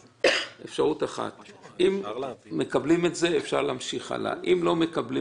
אפשרות אחת היא שאם מקבלים זאת אפשר להמשיך הלאה ואם לא מקבלים